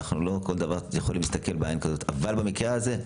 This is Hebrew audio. אנחנו לא יכולים להסתכל בעין כזאת בכל דבר אבל במקרה הזה,